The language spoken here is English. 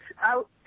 out